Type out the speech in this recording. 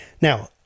Now